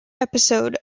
episode